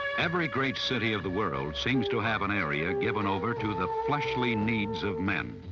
every great city of the world seems to have an area given over to the fleshly needs of men.